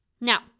Now